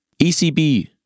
ECB